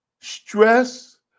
Stress